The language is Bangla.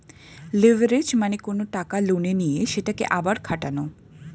লিভারেজ মানে কোনো টাকা লোনে নিয়ে সেটাকে আবার খাটানো